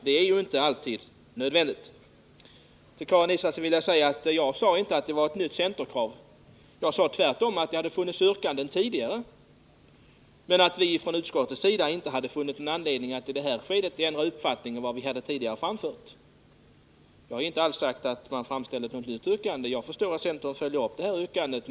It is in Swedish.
Det är inte alltid nödvändigt. Till Karin Israelsson vill jag säga att jag inte sade att detta var ett nytt centerkrav. Jag sade tvärtom att det funnits yrkanden om samma sak tidigare, men att utskottet inte hade funnit någon anledning att ändra den uppfattning det tidigare framfört. Jag förstår att centern följer upp det här yrkandet.